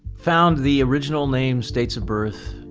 found the original names, dates of birth,